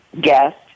guest